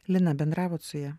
lina bendravot su ja